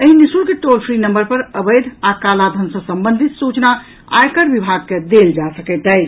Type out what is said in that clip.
एहि निःशुल्क toll free number पर अवैध आ कालाधन सॅ संबंधित सूचना आयकर विभाग के देल जा सकत अछि